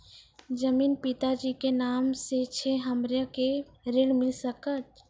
जमीन पिता जी के नाम से छै हमरा के ऋण मिल सकत?